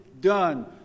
done